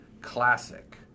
Classic